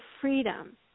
freedom